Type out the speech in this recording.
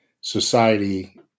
society